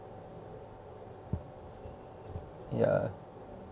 ya